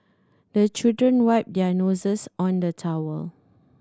the children wipe their noses on the towel